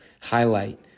Highlight